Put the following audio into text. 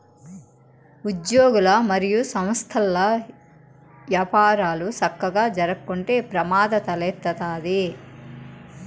ఉజ్యోగులు, మరియు సంస్థల్ల యపారాలు సక్కగా జరక్కుంటే ప్రమాదం తలెత్తతాది